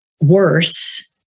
worse